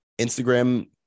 Instagram